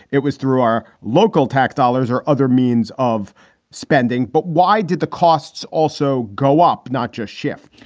it was through our local tax dollars or other means of spending. but why did the costs also go up? not just shift,